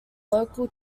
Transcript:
local